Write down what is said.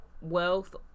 wealth